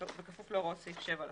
בכפוף להוראות סעיף 7 לחוק.